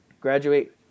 graduate